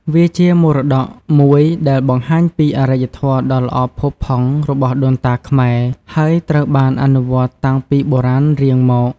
វាជាមរតកមួយដែលបង្ហាញពីអរិយធម៌ដ៏ល្អផូរផង់របស់ដូនតាខ្មែរ ហើយត្រូវបានអនុវត្តតាំងពីបុរាណរៀងមក។